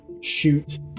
shoot